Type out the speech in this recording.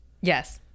Yes